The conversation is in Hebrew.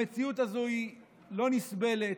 המציאות הזו היא לא נסבלת.